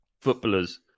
footballers